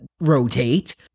rotate